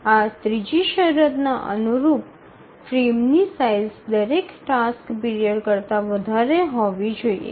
આ ત્રીજી શરતના અનુરૂપ ફ્રેમની સાઇઝ દરેક ટાસ્ક પીરિયડ કરતા વધારે હોવી જોઈએ